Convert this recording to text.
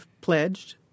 pledged